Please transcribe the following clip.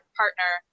partner